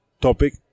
topic